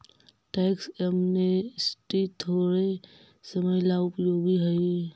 tax amnesty थोड़े समय ला उपयोगी हई